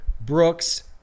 Brooks